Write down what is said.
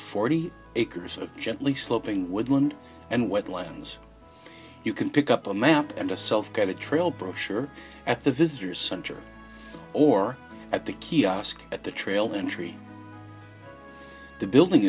forty acres of gently sloping woodland and wetlands you can pick up a map and a self get a trail brochure at the visitor center or at the kiosk at the trail entry the building